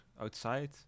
outside